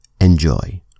Enjoy